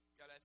God